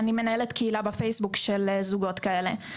אני מנהלת בפייסבוק קהילה של זוגות כאלה.